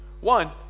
One